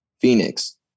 Phoenix